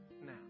now